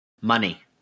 money